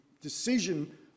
Decision